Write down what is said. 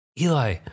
Eli